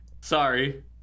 sorry